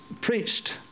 preached